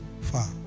far